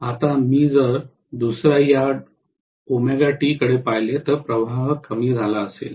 आता मी जर दुस या कडे पाहिलं तर प्रवाह कमी झाला असेल